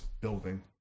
building